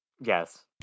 Yes